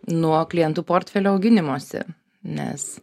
nuo klientų portfelio auginimosi nes